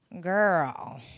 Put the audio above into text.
Girl